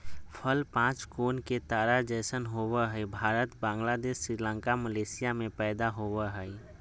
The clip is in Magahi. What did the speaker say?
फल पांच कोण के तारा जैसन होवय हई भारत, बांग्लादेश, श्रीलंका, मलेशिया में पैदा होवई हई